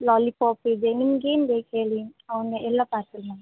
lollipop ಇದೆ ನಿಮ್ಗೆನು ಬೇಕು ಹೇಳಿ ಅವನ್ನ ಎಲ್ಲ ಪಾರ್ಸಲ್ ಮಾ